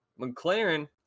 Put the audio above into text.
mclaren